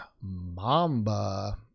Mamba